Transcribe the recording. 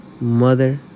Mother